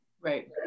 Right